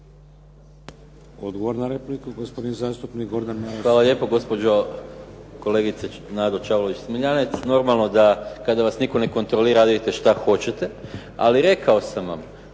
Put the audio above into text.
Odgovor na repliku, gospodin zastupnik Gordan Maras.